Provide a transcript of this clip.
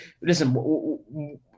listen